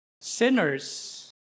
Sinners